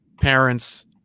parents